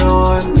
on